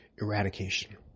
eradication